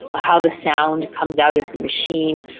how the sound comes out of the machine.